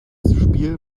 spiel